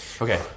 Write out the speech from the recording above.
Okay